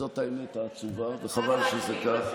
אז זאת האמת העצובה, וחבל שזה כך.